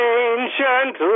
ancient